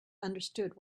understood